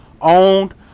owned